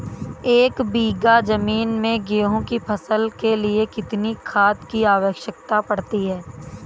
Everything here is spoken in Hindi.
एक बीघा ज़मीन में गेहूँ की फसल के लिए कितनी खाद की आवश्यकता पड़ती है?